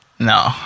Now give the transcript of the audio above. No